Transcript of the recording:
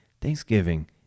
Thanksgiving